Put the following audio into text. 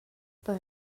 per